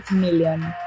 million